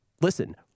Listen